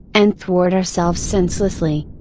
and thwart ourselves senselessly?